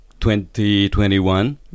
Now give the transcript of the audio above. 2021